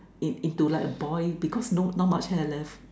in into like a boy because no~ not much hair left